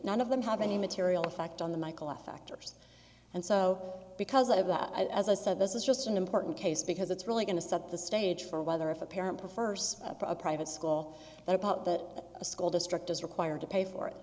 none of them have any material effect on the michael f actors and so because of that as i said this is just an important case because it's really going to set the stage for whether if a parent prefers a private school their puppet a school district is required to pay for it